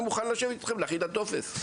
אני מוכן לשבת איתכם ולהכין את הטופס.